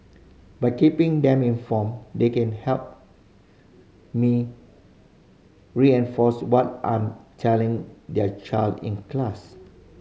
by keeping them informed they can help me reinforce what I'm telling their child in class